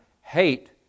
hate